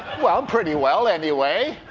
well, pretty well anyway.